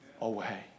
away